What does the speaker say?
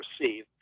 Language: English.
receive